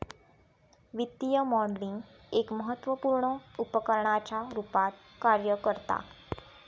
वित्तीय मॉडलिंग एक महत्त्वपुर्ण उपकरणाच्या रुपात कार्य करता